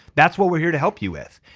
that's what we're here to help you with.